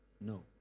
No